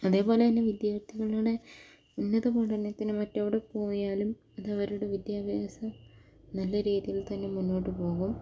അതേപോലെ തന്നെ വിദ്യാർത്ഥികളുടെ ഉന്നതപഠനത്തിന് മറ്റെവിടെ പോയാലും അതവരുടെ വിദ്യാഭ്യാസം നല്ല രീതിയിൽ തന്നെ മുന്നോട്ട് പോകും